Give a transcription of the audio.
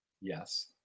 Yes